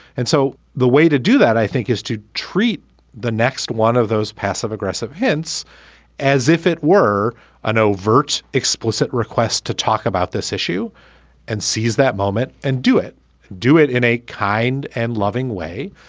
and so the way to do that, i think, is to treat the next one of those passive aggressive hints as if it were an overt, explicit request to talk about this issue and seize that moment and do it do it in a kind and loving way,